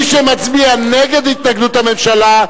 מי שמצביע נגד התנגדות הממשלה,